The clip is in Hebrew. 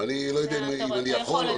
אני לא יודע אם אני יכול.